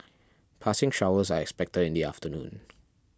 passing showers are expected in the afternoon